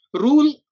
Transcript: rule